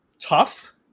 tough